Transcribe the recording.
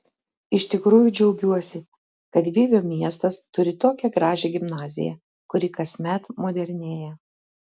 iš tikrųjų džiaugiuosi kad vievio miestas turi tokią gražią gimnaziją kuri kasmet modernėja